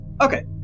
Okay